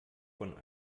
von